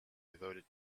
devoted